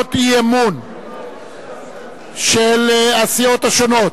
הצעות אי-אמון של הסיעות השונות.